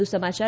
વધુ સમાચાર